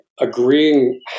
agreeing